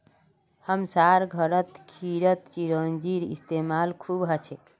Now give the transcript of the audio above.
हमसार घरत खीरत चिरौंजीर इस्तेमाल खूब हछेक